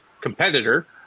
competitor